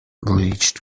breached